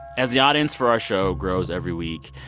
as the audience for our show grows every week,